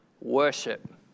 worship